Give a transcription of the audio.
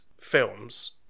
films